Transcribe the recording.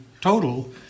total